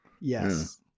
Yes